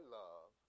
love